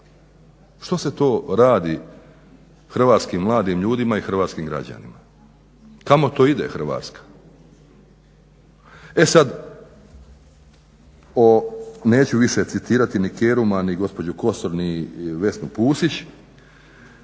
Što se to radi hrvatskim mladim ljudima i hrvatskim građanima? Kamo to ide Hrvatska? E sada neću više citirati ni Keruma ni gospođu Kosor ni Vesnu Pusić